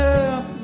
up